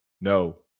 No